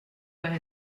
père